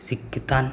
ᱥᱤᱠᱷᱤᱛᱟᱱ